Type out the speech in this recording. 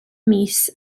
mis